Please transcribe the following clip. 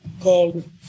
called